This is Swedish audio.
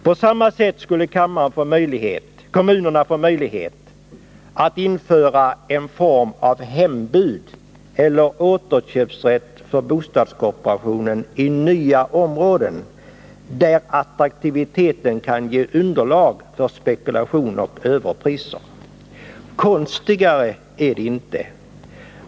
Kommunerna föreslås vidare få möjlighet att införa en form av hembud eller återköpsrätt för bostadskooperationen i nya områden, där attraktiviteten kan ge underlag för spekulation och överpriser. Konstigare är det alltså inte.